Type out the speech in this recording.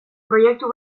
proiektu